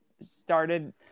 started